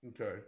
Okay